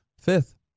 Fifth